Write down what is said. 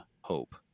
Hope